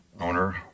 owner